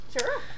Sure